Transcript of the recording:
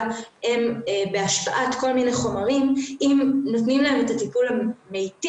הם בהשפעת כל מיני חומרים אם נותנים להם את הטיפול המיטיב,